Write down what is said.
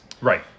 Right